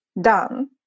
done